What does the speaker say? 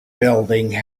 building